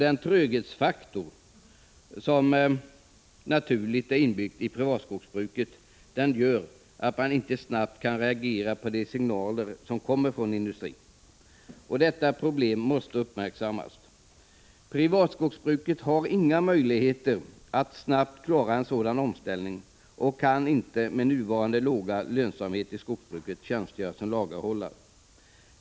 Den tröghetsfaktor som naturligt är inbyggd i privatskogsbruket gör att man inte snabbt kan reagera på de signaler som kommer från industrin. Detta problem måste uppmärksammas. Privatskogsbruket har inga möjligheter att snabbt klara en omställning till ett ökat råvarubehov och kan inte med nuvarande låga lönsamhet i skogsbruket tjänstgöra som lagerhållare.